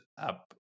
up